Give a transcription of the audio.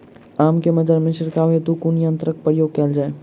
आम केँ मंजर मे छिड़काव हेतु कुन यंत्रक प्रयोग कैल जाय?